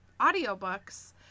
audiobooks